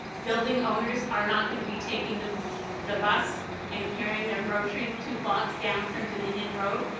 building owners are not gonna be taking the the bus and carrying their groceries two blocks down from dominion road,